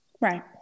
Right